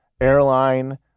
airline